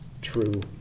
true